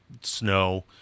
snow